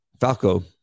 Falco